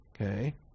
okay